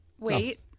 Wait